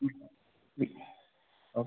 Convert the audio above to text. okay